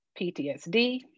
ptsd